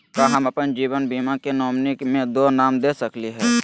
का हम अप्पन जीवन बीमा के नॉमिनी में दो नाम दे सकली हई?